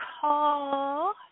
call